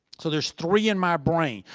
so there's three in my brain.